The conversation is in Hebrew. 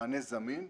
מענה זמין,